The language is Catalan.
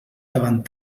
davant